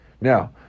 Now